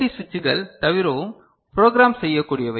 D சுவிட்சுகள் தவிரவும் program செய்யக்கூடியவை